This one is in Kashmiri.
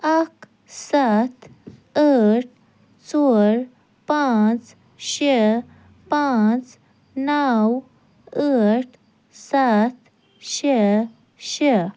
اکھ سَتھ ٲٹھ ژور پانٛژھ شےٚ پانٛژھ نَو ٲٹھ سَتھ شےٚ شےٚ